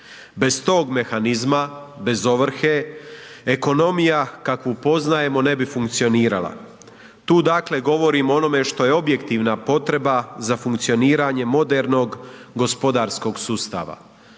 Bez tog mehanizma, bez ovrhe ekonomija kakvu poznajemo ne bi funkcionirala. Tu dakle govorim o onome što je objektivna potreba za funkcioniranje modernog gospodarskog sustava.